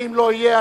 ואם לא יהיה,